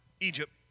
Egypt